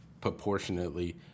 proportionately